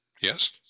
Yes